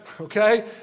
okay